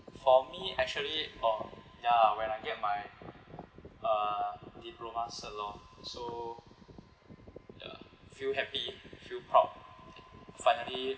for me actually oh ya when I get my uh diploma cert lor so ya feel happy feel proud finally